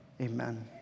amen